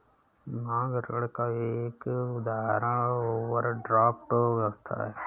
मांग ऋण का एक उदाहरण ओवरड्राफ्ट व्यवस्था है